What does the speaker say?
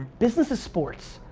business is sports.